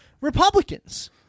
Republicans